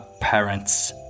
parents